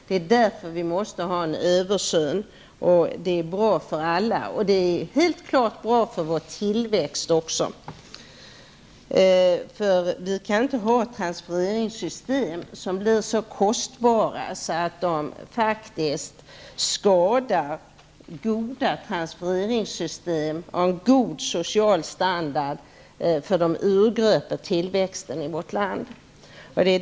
Det är därför som vi måste ha en översyn. En sådan är bra för alla, och helt klart också för tillväxten i vårt land. Vi kan inte ha transfereringssystem som blir så kostbara att de faktiskt skadar goda transfereringssystem och en god social standard i och med att de urgröper tillväxten i vårt land.